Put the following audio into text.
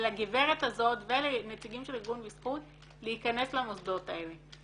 לגברת הזאת ולנציגים של ארגון "בזכות" להיכנס למוסדות האלה.